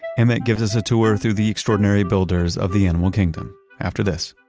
emmett gives us a tour through the extraordinary builders of the animal kingdom after this